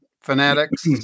fanatics